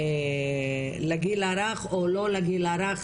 החינוך לגיל הרך או לא לגיל הרך,